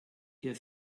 ihr